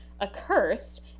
accursed